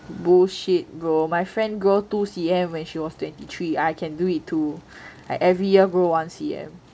bullshit bro my friend grow two C_M when she was twenty three I can do it too I every year grow one C_M